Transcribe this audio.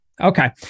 Okay